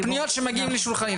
פניות שמגיעות לשולחני,